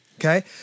Okay